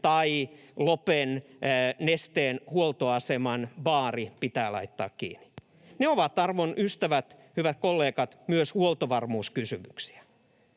tai Lopen Nesteen huoltoaseman baari pitää laittaa kiinni. Ne ovat, arvon ystävät, hyvät kollegat, myös huoltovarmuuskysymyksiä.